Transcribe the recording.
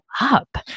up